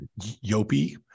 Yopi